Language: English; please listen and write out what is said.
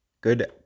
good